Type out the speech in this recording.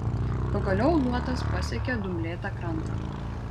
pagaliau luotas pasiekė dumblėtą krantą